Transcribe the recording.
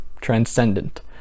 transcendent